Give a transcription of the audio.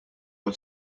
are